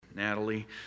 Natalie